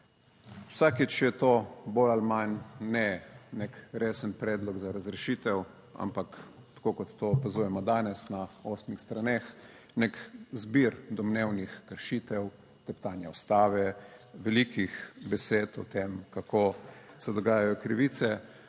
Vsakič je to bolj ali manj ne nek resen predlog za razrešitev, ampak tako kot to opazujemo danes, na osmih straneh nek zbir domnevnih kršitev teptanja Ustave, velikih besed o tem, kako se dogajajo krivice,